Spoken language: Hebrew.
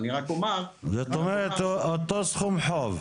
אני רק אומר, זאת אומרת, אותו סכום חוב.